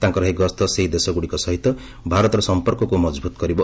ତାଙ୍କର ଏହି ଗସ୍ତ ସେହି ଦେଶଗୁଡ଼ିକ ସହିତ ଭାରତର ସଂପର୍କକୁ ମଜଭୁତ କରିବ